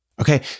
okay